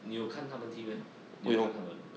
你有看他们踢 meh 你有看他们